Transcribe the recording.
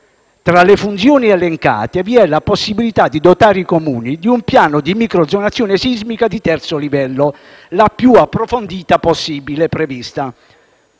Tra le funzioni elencate vi è la possibilità di dotare i Comuni di un piano di microzonazione sismica di terzo livello, la più approfondita possibile prevista.